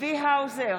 צבי האוזר,